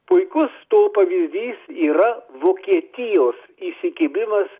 puikus to pavyzdys yra vokietijos įsikibimas